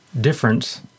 difference